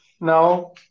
now